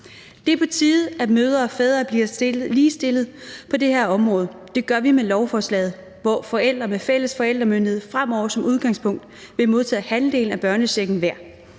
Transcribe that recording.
Det er på tide, at mødre og fædre bliver ligestillet på det her område. Det gør vi med lovforslaget, hvor forældre med fælles forældremyndighed fremover som udgangspunkt vil modtage halvdelen af børnechecken hver.